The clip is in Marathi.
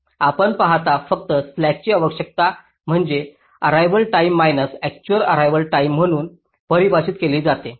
आपण पाहता फक्त स्लॅकची आवश्यकता म्हणजे arrival time minus actual arrival time म्हणून परिभाषित केली जाते